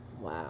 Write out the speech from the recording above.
Wow